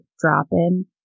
drop-in